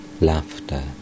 Laughter